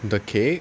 the cake